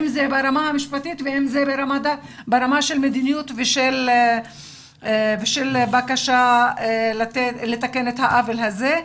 אם זה ברמה המשפטית ואם זה ברמה של מדיניות ושל בקשה לתקן את העוול הזה.